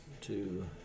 two